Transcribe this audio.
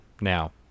now